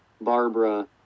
Barbara